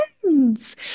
friends